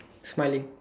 smiling